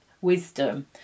wisdom